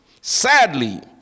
sadly